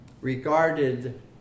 regarded